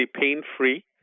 pain-free